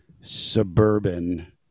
suburban